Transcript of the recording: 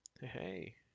Hey